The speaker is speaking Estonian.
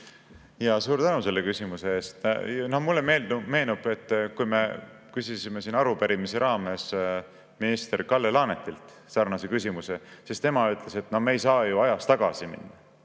Suur tänu selle küsimuse eest! Mulle meenub, et kui me küsisime arupärimise raames minister Kalle Laanetilt sarnase küsimuse, siis tema ütles, et no me ei saa ju ajas tagasi minna.